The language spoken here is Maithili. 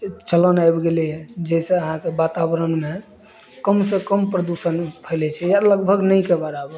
चलन आबि गेलैया जाहिसँ अहाँके वातावरणमे कम से कम प्रदूषण फैलै छै या लगभग नहिके बराबर